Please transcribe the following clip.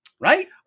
Right